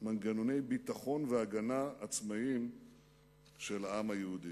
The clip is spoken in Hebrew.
מנגנוני ביטחון והגנה עצמאיים של העם היהודי.